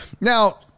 Now